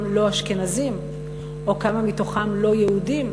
לא-אשכנזים או כמה מתוכם לא-יהודים,